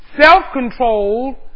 Self-control